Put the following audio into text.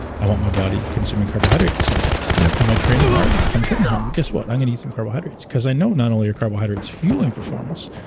i want my body consuming carbohydrates sometimes yup am i training hard? if i'm training hard, well guess what? i'm going to eat some carbohydrates because i know not only are carbohydrates fueling performance,